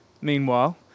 meanwhile